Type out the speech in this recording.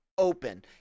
open